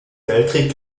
weltkrieg